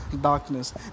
darkness